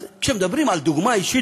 אז כשמדברים על דוגמה אישית,